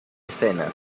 escena